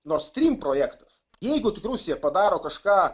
nord srym projektas jeigu tik rusija padaro kažką